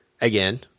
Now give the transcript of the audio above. again